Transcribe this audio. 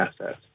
assets